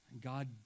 God